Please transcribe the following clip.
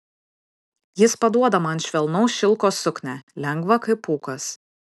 jis paduoda man švelnaus šilko suknią lengvą kaip pūkas